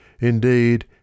Indeed